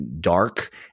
dark